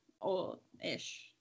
old-ish